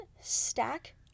stack